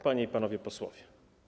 Panie i Panowie Posłowie!